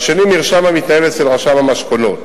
והשני, מרשם המתנהל אצל רשם המשכונות.